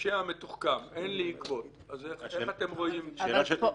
הפושע מתוחכם, אין לי עקבות, איך אתם רואים את זה?